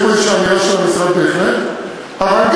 מה,